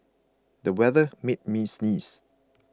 the weather made me sneeze